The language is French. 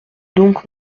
donc